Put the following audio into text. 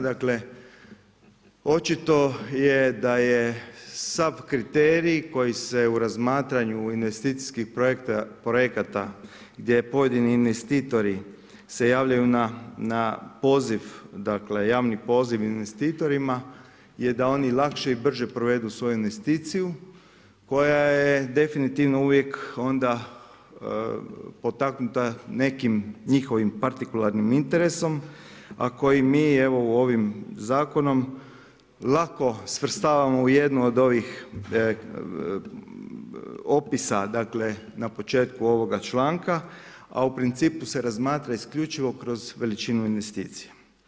Dakle očito je da je sav kriterij koji se u razmatranju investicijskih projekata gdje pojedini investitori se javljaju na poziv dakle javni poziv investitorima je da oni lakše i brže provedu svoju investiciju koja je definitivno uvijek onda potaknuta nekim njihovim partikularnim interesom, a koji mi evo ovim zakonom lako svrstavamo u jednu od ovih opisa na početku ovoga članka, a u principu se razmatra isključivo kroz veličinu investicije.